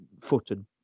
footed